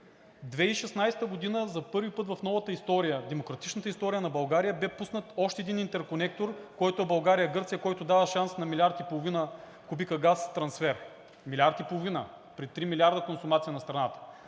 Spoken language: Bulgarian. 2016 г. за първи път в новата история, демократичната история на България бе пуснат още един интерконектор България – Гърция, който дава шанс на милиард и половина кубика газ трансфер. Милиард и половина при три милиарда консумация на страната.